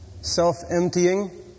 self-emptying